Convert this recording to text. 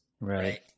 Right